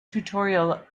tutorial